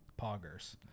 Poggers